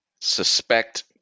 suspect